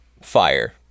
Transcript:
fire